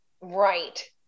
Right